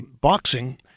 boxing